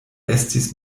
estis